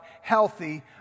healthy